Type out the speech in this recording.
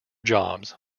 jobs